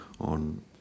on